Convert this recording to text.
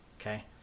Okay